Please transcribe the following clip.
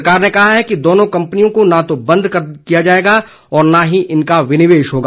सरकार ने कहा है कि दोनों कंपनियों को न तो बंद किया जाएगा और न ही इनका विनिवेश होगा